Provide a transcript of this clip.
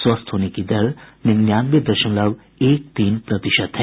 स्वस्थ होने की दर निन्यानवे दशमलव एक तीन प्रतिशत है